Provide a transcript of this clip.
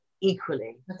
equally